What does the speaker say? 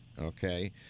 Okay